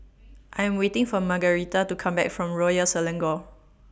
I'm waiting For Margarita to Come Back from Royal Selangor